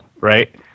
Right